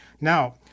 Now